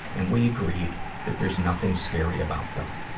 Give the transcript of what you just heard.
and we agreed that there is nothing scary about them.